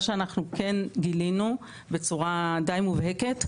מה שאנחנו כן גילינו בצורה די מובהקת,